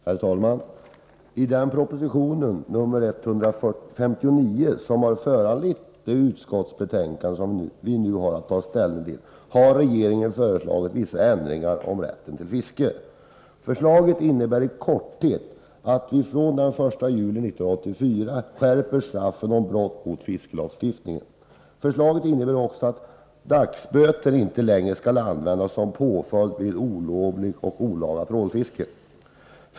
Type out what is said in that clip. Herr talman! I den proposition — nr 159 — som har föranlett det utskottsbetänkande som vi nu har att ta ställning till har regeringen föreslagit vissa ändringar om rätten till fiske. Förslaget innebär i korthet att man från den 1 juli 1984 skärper straffen för brott mot fiskelagstiftningen. Förslaget innebär också att dagsböter inte längre skall användas som påföljd vid olovligt och olaga trålfiske.